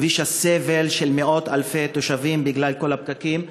כביש הסבל של מאות-אלפי תושבים בגלל כל הפקקים.